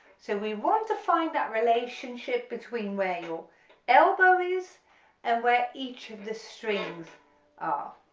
so we want to find that relationship between where your elbow is and where each of the strings ah